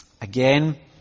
Again